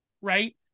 right